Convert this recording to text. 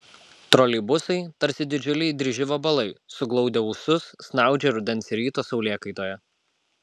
troleibusai tarsi didžiuliai dryži vabalai suglaudę ūsus snaudžia rudens ryto saulėkaitoje